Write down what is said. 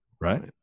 right